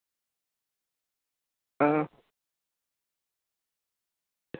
आं